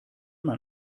man